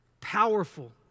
powerful